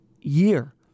year